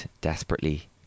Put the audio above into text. desperately